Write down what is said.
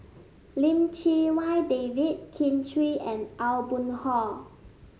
Lim Chee Wai David Kin Chui and Aw Boon Haw